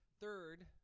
third